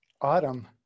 autumn